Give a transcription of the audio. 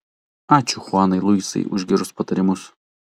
ačiū chuanai luisai už gerus patarimus